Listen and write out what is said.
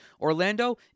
Orlando